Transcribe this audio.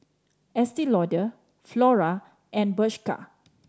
Estee Lauder Flora and Bershka